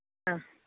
ആ